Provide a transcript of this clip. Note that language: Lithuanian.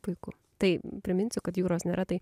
puiku tai priminsiu kad jūros nėra tai